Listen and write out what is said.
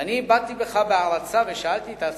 ואני הבטתי בך בהערצה ושאלתי את עצמי: